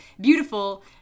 beautiful